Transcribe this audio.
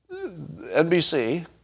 NBC